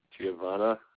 Giovanna